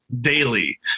daily